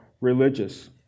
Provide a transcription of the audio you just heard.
religious